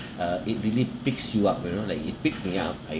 uh it really picks you up you know like it pick me up I